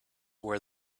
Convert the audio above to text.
were